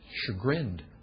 chagrined